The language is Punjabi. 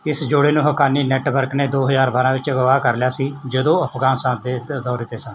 ਇਸ ਜੋੜੇ ਨੂੰ ਹੱਕਾਨੀ ਨੈੱਟਵਰਕ ਨੇ ਦੋ ਹਜ਼ਾਰ ਬਾਰਾਂ ਵਿੱਚ ਅਗਵਾ ਕਰ ਲਿਆ ਸੀ ਜਦੋਂ ਉਹ ਅਫ਼ਗ਼ਾਨਿਸਤਾਨ ਦੇ ਦੌਰੇ 'ਤੇ ਸਨ